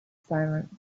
silence